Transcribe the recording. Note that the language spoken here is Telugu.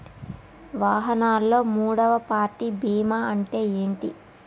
వాహనాల్లో మూడవ పార్టీ బీమా అంటే ఏంటి?